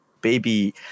baby